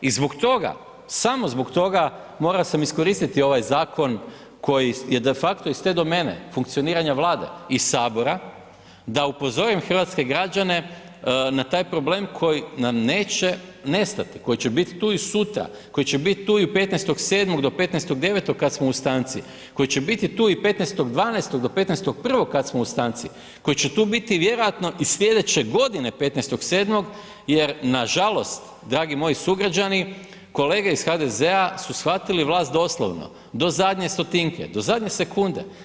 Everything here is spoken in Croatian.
I zbog toga, samo zbog toga, morao sam iskoristiti ovaj zakon, koji je de facto iz te domene, funkcioniranja Vlade i Sabora, da upozorim hrvatske građane na taj problem koji nam neće nestati, koji će bit tu i sutra, koji će bit tu i 15.7. do 15.9. kad smo u stanci, koji će bit tu i 15.12. do 15.1. kad smo u stanci, koji će tu biti vjerojatno i sljedeće godine 15.7. jer nažalost dragi moji sugrađani kolege iz HDZ-a su shvatili vlast doslovno do zadnje stotinke, do zadnje sekunde.